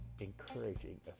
encouraging